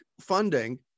funding